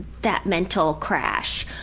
that mental crash.